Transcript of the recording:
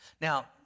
now